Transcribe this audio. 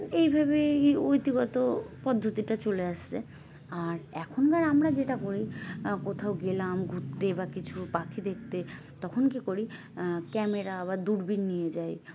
এইভাবে এই ঐতিগত পদ্ধতিটা চলে আসছে আর এখনকার আমরা যেটা করি কোথাও গেলাম ঘুরতে বা কিছু পাখি দেখতে তখন কী করি ক্যামেরা বা দূরবীন নিয়ে যাই